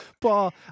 Paul